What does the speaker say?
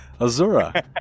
Azura